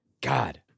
God